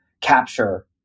capture